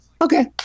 okay